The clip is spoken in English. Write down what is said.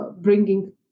bringing